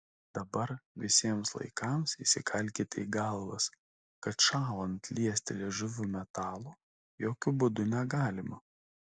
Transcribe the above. dabar visiems laikams įsikalkite į galvas kad šąlant liesti liežuviu metalo jokiu būdu negalima